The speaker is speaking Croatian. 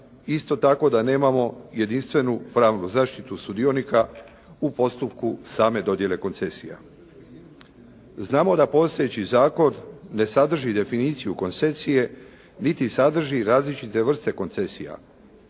isto tako da nemamo jedinstvenu pravnu zaštitu sudionika u postupku same dodjele koncesija. Znamo da postojeći zakon ne sadrži definiciju koncesije niti sadrži različite vrste koncesija